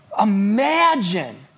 Imagine